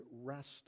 rest